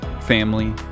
family